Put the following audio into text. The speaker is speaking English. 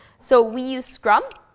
so we used scrum.